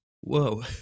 Whoa